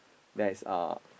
there is uh